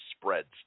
spreads